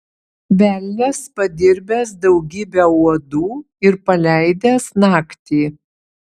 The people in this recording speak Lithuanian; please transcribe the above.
velnias padirbęs daugybę uodų ir paleidęs naktį